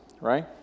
right